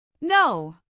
No